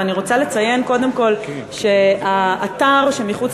ואני רוצה לציין קודם כול שהאתר שמחוץ